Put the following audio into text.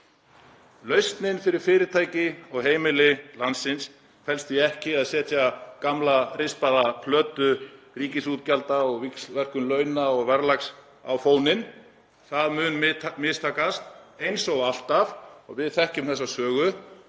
Lausnin fyrir fyrirtæki og heimili landsins felst því ekki í að setja gamla rispaða plötu ríkisútgjalda og víxlverkunar launa og verðlags á fóninn. Það mun mistakast eins og alltaf og við þekkjum þessa sögu.